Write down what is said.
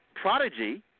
Prodigy